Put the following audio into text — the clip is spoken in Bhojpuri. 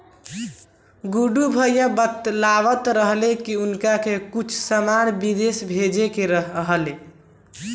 गुड्डू भैया बतलावत रहले की उनका के कुछ सामान बिदेश भेजे के रहे